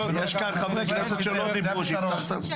תודה רבה.